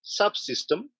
subsystem